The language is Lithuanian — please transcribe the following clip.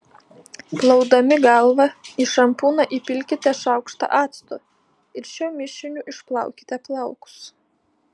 plaudami galvą į šampūną įpilkite šaukštą acto ir šiuo mišiniu išplaukite plaukus